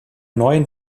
neuen